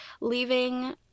leaving